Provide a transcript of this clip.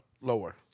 lower